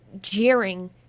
jeering